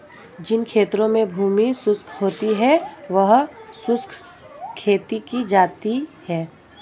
जिन क्षेत्रों में भूमि शुष्क होती है वहां शुष्क खेती की जाती है